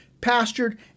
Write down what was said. pastured